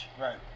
Right